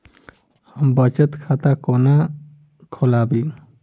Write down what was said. हम बचत खाता कोना खोलाबी?